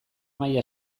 maila